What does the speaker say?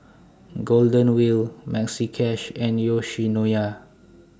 Golden Wheel Maxi Cash and Yoshinoya